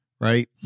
Right